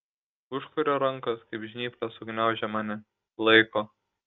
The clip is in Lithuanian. užkurio rankos kaip žnyplės sugniaužė mane laiko